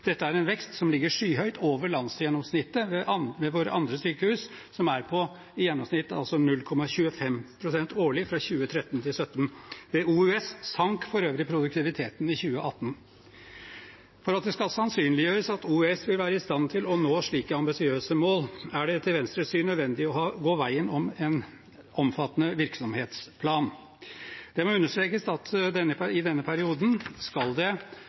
Dette er en vekst som ligger skyhøyt over landsgjennomsnittet ved våre andre sykehus, som var på – i gjennomsnitt – 0,25 pst. årlig fra 2013 til 2017. Ved OUS sank for øvrig produktiviteten i 2018. For at det skal sannsynliggjøres at OUS vil være i stand til å nå slike ambisiøse mål, er det etter Venstres syn nødvendig å gå veien om en omfattende virksomhetsplan. Det må understrekes at i denne perioden skal det